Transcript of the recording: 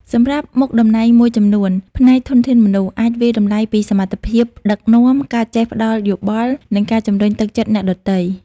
សម្រាប់មុខតំណែងមួយចំនួន ផ្នែកធនធានមនុស្ស អាចវាយតម្លៃពីសមត្ថភាពដឹកនាំ ការចេះផ្ដល់យោបល់ និងការជំរុញទឹកចិត្តអ្នកដទៃ។